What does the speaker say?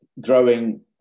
growing